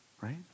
right